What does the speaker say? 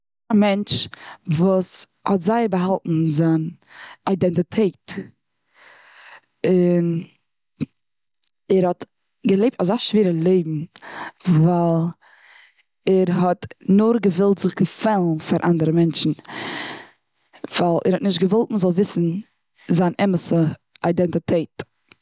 א מענטש וואס האט זייער באהאלטן זיין איידענטיטעט. און ער האט געלעבט אזא שווערע לעבן. וויל ער האט נאר זיך געוואלט געפעלן פאר אנדערע מענטשן. ווייל ער האט נישט געוואלט מ'זאל וויסן זיין אמת'ע איידענטיטעט.